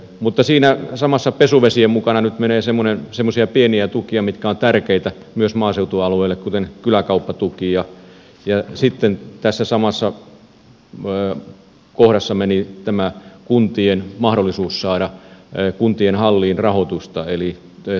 mutta siinä samassa pesuvesien mukana nyt menee semmoisia pieniä tukia mitkä ovat tärkeitä myös maaseutualueille kuten kyläkauppatuki ja sitten tässä samassa kohdassa meni tämä kuntien mahdollisuus saada kuntien halleihin eli toimitiloihin rahoitusta